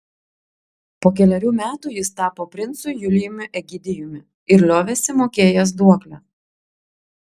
po kelerių metų jis tapo princu julijumi egidijumi ir liovėsi mokėjęs duoklę